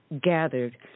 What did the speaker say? gathered